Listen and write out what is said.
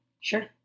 Sure